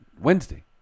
Wednesday